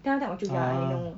then after that 我就 ya I know